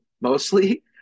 mostly